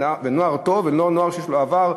נוער טוב ולא נוער שיש לו עבר?